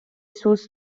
sus